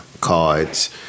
cards